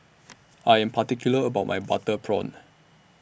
I Am particular about My Butter Prawn